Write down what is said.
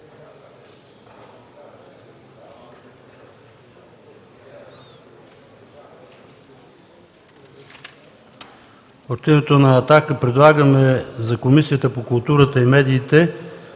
От името на „Атака“ предлагаме за Комисията по културата и медиите